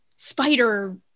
spider